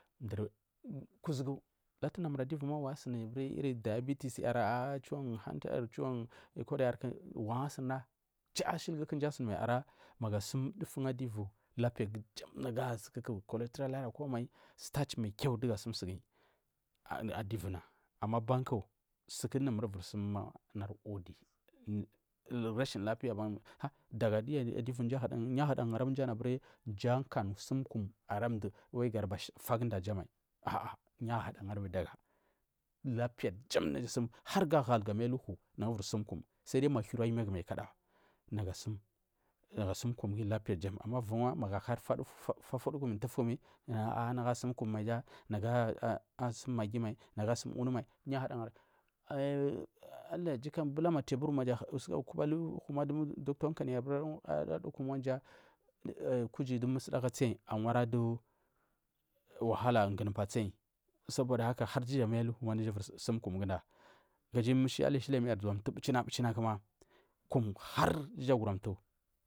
Kuzugu latu dumur aduvu ma wan asuni ari diabetis yar chiwon handa yarku chiwon koda yarkura cha shiliguku mji asumai magu asum dugu adiviu lapiya jam nagu asuni mai aoldanal akomai lapiya jam standi mai kiu adivu na ama banku daga duyu adivu yu ahura ցarmal aburi mji akan sum kum ara mji mal wai ցadubari fagudamai a a yu aharagarmal lapiya jam guda ja harga hal gamai aluhu mji iviri sum kum kadawa ama uvun mau akairi fa fodukumi nagu a sum kumai ja a nagu asum maggi mai ja nagu asum unu mai yu ahura gari mai allahgika bulama taiburu maja ahu kum adu miyaya alihu du docta akaniyi araja kuji du musudagu atsal awara du walhala tsal sobada haka har duja ga mai alihu naja ivir sum kum kiji mishi ali shidamyar zuwa mtu bichina bichina kuma kum harduja ga mtu.